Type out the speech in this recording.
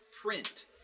print